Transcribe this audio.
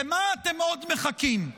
למה אתם עוד מחכים?